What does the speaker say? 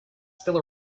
still